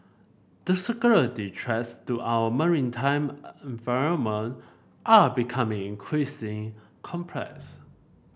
the security threats to our maritime environment are becoming increasingly complex